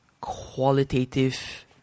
qualitative